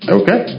okay